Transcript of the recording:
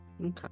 Okay